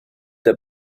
der